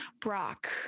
brock